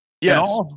Yes